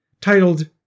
titled